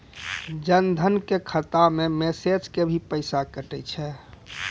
जन धन के खाता मैं मैसेज के भी पैसा कतो छ?